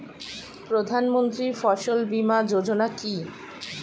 প্রধানমন্ত্রী ফসল বীমা যোজনা কি?